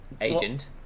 Agent